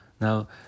Now